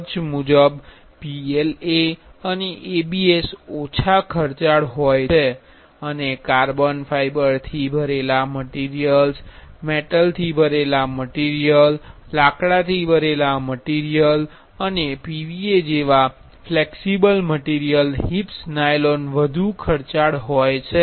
ખર્ચ મુજબ PLA અને ABS ઓછા ખર્ચાળ છે અને કાર્બન ફાઇબરથી ભરેલા મટીરિયલ મેટલથી ભરેલા મટીરિયલ લાકડાથી ભરેલા મટીરિયલ અને PVA જેવા ફ્લેક્સિબલ મટીરિયલ HIPS નાયલોન વધુ ખર્ચાળ છે